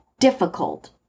Difficult